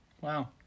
Wow